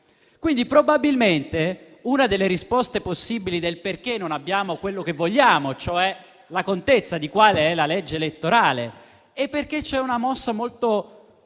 elezioni. Probabilmente, una delle risposte possibili del perché non abbiamo quello che vogliamo, cioè la contezza di qual è la legge elettorale, è perché c'è una mossa molto